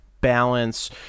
balance